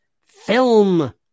film